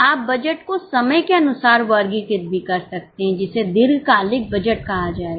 आप बजट को समय के अनुसार वर्गीकृत भी कर सकते हैं जिसे दीर्घकालिक बजट कहा जाएगा